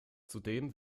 zudem